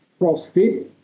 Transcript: CrossFit